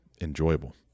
enjoyable